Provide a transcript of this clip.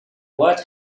what